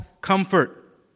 comfort